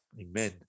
Amen